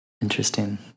Interesting